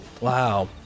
Wow